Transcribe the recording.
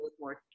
more